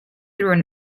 through